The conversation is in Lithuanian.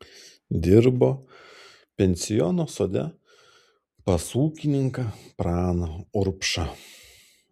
dirbo pensiono sode pas ūkininką praną urbšą